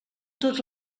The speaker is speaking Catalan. tots